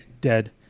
dead